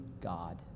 God